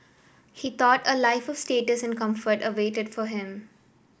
he thought a life of status and comfort awaited for him